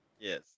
Yes